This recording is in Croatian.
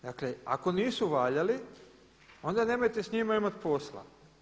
Dakle, ako nisu valjali onda nemojte s njima imati posla.